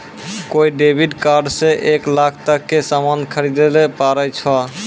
कोय debit card से एक लाख तक के सामान खरीदैल पारै छो